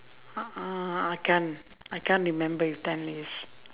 uhh I can't I can't remember if ten years